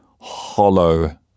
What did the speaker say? hollow